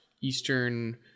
Eastern